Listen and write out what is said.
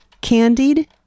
candied